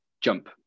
jump